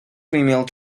female